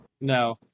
No